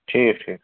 ٹھیٖک ٹھیٖک